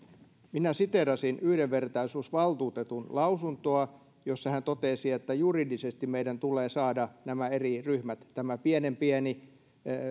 minä siteerasin yhdenvertaisuusvaltuutetun lausuntoa jossa hän totesi että juridisesti meidän tulee saada nämä eri ryhmät tämä pienen pieni